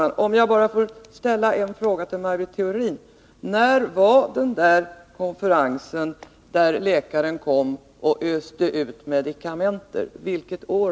Men, herr talman, låt mig få ställa en enda fråga till Maj Britt Theorin: Vilket år hölls den konferens då läkaren öste ut medikamenter?